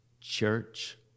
church